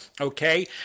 okay